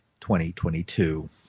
2022